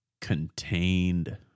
contained